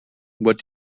what